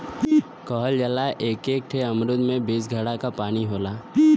कहल जाला एक एक ठे अमरूद में बीस घड़ा क पानी होला